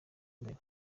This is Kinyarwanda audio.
mbere